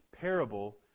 parable